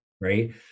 Right